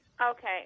Okay